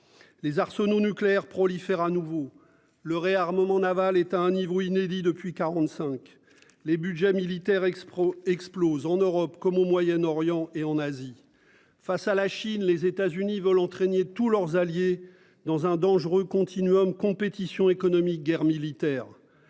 Les arsenaux nucléaires prolifèrent à nouveau le réarmement Naval est à un niveau inédit depuis 45, les Budgets militaires Expro explose en Europe comme au Moyen-Orient et en Asie. Face à la Chine, les États-Unis veulent entraîner tous leurs alliés dans un dangereux continuum compétition économique guerre militaire.